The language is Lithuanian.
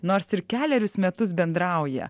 nors ir kelerius metus bendrauja